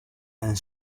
and